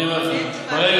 אני אענה לך.